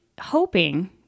hoping